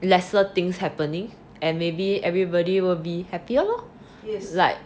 lesser things happening and maybe everybody will be happier lor is like